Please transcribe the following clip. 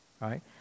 right